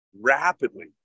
rapidly